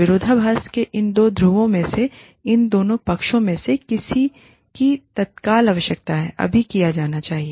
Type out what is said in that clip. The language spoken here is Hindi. विरोधाभास के इन दो ध्रुवों में से इन दोनों पक्षों में से किस की तत्काल आवश्यकता है अभी किया जाना चाहिए